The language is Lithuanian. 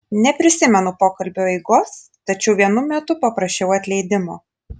neprisimenu pokalbio eigos tačiau vienu metu paprašiau atleidimo